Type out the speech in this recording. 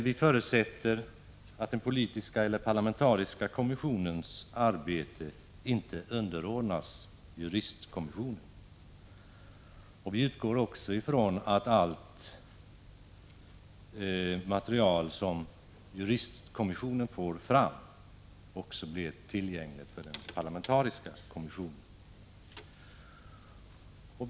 Vi förutsätter dock att den politiska eller parlamentariska kommissionens arbete inte underordnas juristkommissionens. Vi utgår också ifrån att allt material som juristkommissionen får fram blir tillgängligt för den parlamentariska kommissionen.